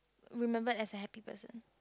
remembered as a happy person